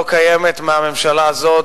לא קיימת מהממשלה הזאת,